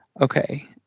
Okay